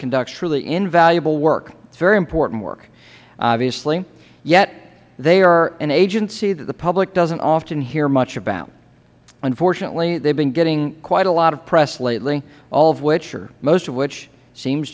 conducts truly invaluable work very important work obviously yet they are an agency that the public doesn't often hear much about unfortunately they have been getting quite a lot of press lately all of which or most of which seems